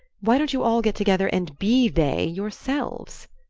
why don't you all get together and be they yourselves?